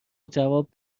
جواب